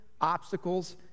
obstacles